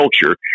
culture